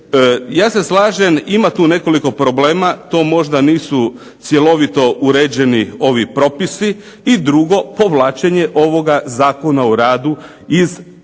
Ja se slažem, ima tu nekoliko problema, to možda nisu cjelovito uređeni ovi propisi i drugo, povlačenje ovoga Zakona o radu iz